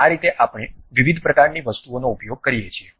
આ રીતે આપણે વિવિધ પ્રકારની વસ્તુઓનો ઉપયોગ કરીએ છીએ